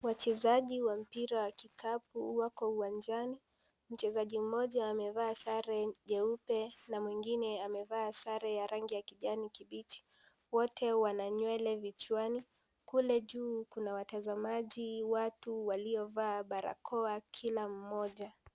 Wachezaji wa mpira wa kikapu wako uwanjani, mchezaji mmoja amevaa sare nyeupe na mwingine amevaa sare ya rangi ya kijani kibichi wote wana nywele vichwani kule juu kuna watazamaji watu waliovaa barakoa kila mmoja.